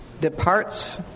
departs